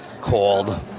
called